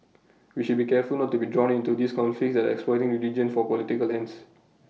we should be careful not to be drawn into these conflicts that are exploiting religion for political ends